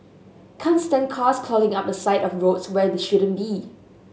can't stand cars clogging up the side of roads where they shouldn't be